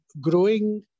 growing